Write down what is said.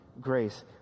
grace